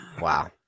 Wow